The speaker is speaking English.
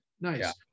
nice